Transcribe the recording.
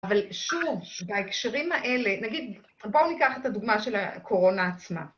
אבל שוב, בהקשרים האלה, נגיד, בואו ניקח את הדוגמה של הקורונה עצמה.